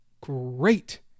great